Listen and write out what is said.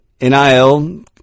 NIL